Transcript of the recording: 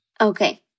Okay